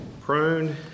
Prone